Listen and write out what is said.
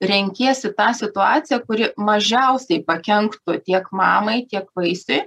renkiesi tą situaciją kuri mažiausiai pakenktų tiek mamai tiek vaisiui